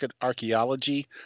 archaeology